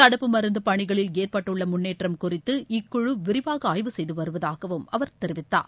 தடுப்பு மருந்து பணிகளில் ஏற்பட்டுள்ள முன்னேற்றம் குறித்து இக்குழு விரிவாக ஆய்வு செய்து வருவதாகவும் அவர் தெரிவித்தார்